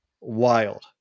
wild